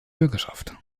bürgerschaft